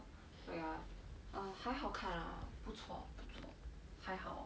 okay lah err 还好看啦不错不错还好